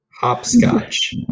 Hopscotch